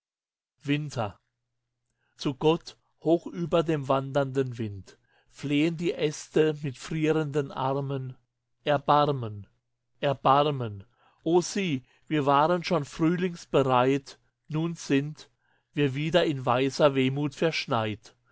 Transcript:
zu gott hoch über dem wandernden wind flehen die äste mit frierenden armen erbarmen erbarmen o sieh wir waren schon frühlingsbereit nun sind wir wieder in weißer wehmut verschneit